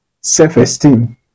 self-esteem